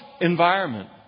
environment